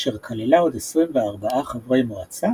אשר כללה עוד 24 חברי מועצה